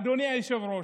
אדוני היושב-ראש,